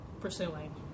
pursuing